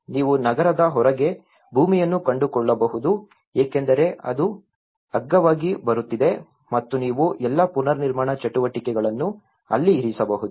ನೀವು ನಗರದ ಹೊರಗೆ ಭೂಮಿಯನ್ನು ಕಂಡುಕೊಳ್ಳಬಹುದು ಏಕೆಂದರೆ ಅದು ಅಗ್ಗವಾಗಿ ಬರುತ್ತಿದೆ ಮತ್ತು ನೀವು ಎಲ್ಲಾ ಪುನರ್ನಿರ್ಮಾಣ ಚಟುವಟಿಕೆಗಳನ್ನು ಅಲ್ಲಿ ಇರಿಸಬಹುದು